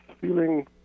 feeling